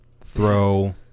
Throw